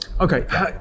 Okay